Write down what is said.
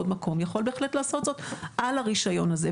מקום יכול בהחלט לעשות זאת על הרישיון הזה.